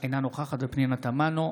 אינה נוכחת פנינה תמנו,